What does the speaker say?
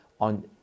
on